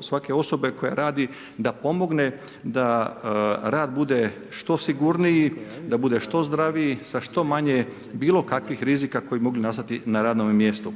svake osobe koja radi da pomogne da rad bude što sigurniji, da bude što zdraviji sa što manje bilo kakvih rizika koji bi mogli nastati na radnome mjestu.